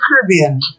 Caribbean